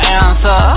answer